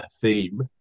theme